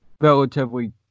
relatively